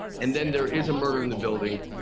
and then, there is a murder in the building,